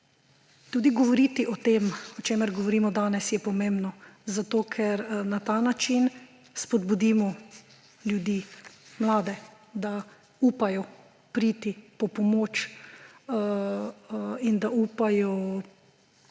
Tudi govoriti o tem, o čemer govorimo danes, je pomembno, zato ker na ta način spodbudimo ljudi, mlade, da upajo priti po pomoč in da upajo